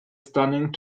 stunning